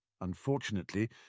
Unfortunately